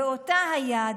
באותה היד,